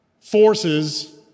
forces